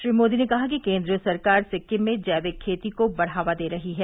श्री मोदी ने कहा कि केन्द्र सरकार सिक्किम में जैविक खेती को बढ़ावा दे रही है